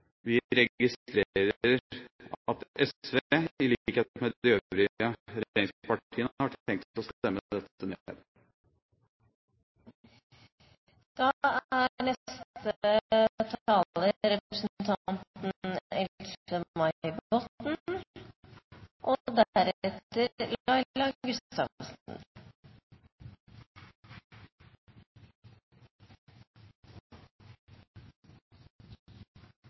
Vi registrerer at SV, i likhet med de øvrige regjeringspartiene, har tenkt å stemme dette ned. Det er